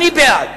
אני בעד.